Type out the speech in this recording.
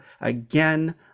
again